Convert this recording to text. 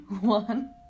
one